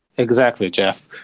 exactly, jeff.